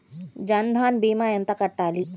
జన్ధన్ భీమా ఎంత కట్టాలి?